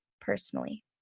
personally